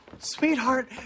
Sweetheart